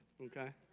okay